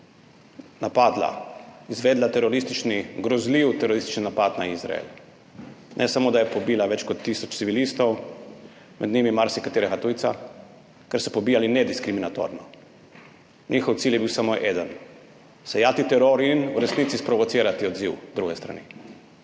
napadla, izvedla teroristični, grozljiv teroristični napad na Izrael. Ne samo, da je pobila več kot tisoč civilistov, med njimi marsikaterega tujca, ker so pobijali nediskriminatorno. Njihov cilj je bil samo eden: sejati teror in v resnici sprovocirati odziv druge strani.